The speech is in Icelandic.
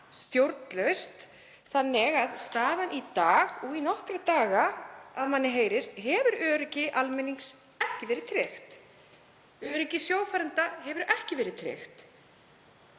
stjórnlaust þannig að staðan í dag, og í nokkra daga að manni heyrist, er að öryggi almennings hefur ekki verið tryggt. Öryggi sjófarenda hefur ekki verið tryggt.